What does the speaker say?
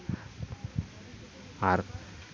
ᱟᱨ